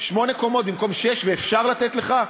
שמונה קומות במקום שש, ואפשר לתת לך?